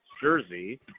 jersey